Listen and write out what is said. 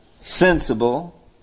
sensible